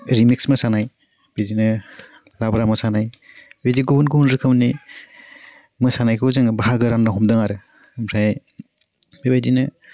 remix मोसानाय बिदिनो लाब्रा मोसानाय बिदि गुबुन गुबुन रोखोमनि मोसानायखौ जोङो बाहागो रान्नो हमदों आरो ओमफ्राय बेबायदिनो